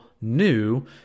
new